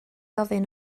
ofyn